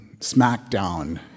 smackdown